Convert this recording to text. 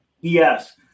Yes